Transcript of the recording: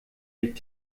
hält